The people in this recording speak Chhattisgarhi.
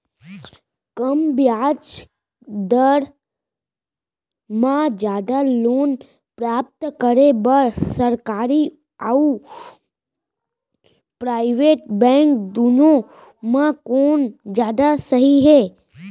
कम ब्याज दर मा जादा लोन प्राप्त करे बर, सरकारी अऊ प्राइवेट बैंक दुनो मा कोन जादा सही हे?